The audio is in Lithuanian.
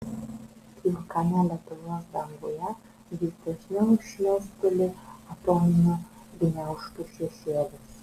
pilkame lietuvos danguje vis dažniau šmėsteli atominių gniaužtų šešėlis